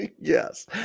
Yes